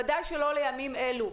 ודאי שלא לימים אלה.